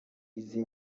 izi